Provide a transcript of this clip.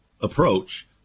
approach